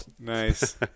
nice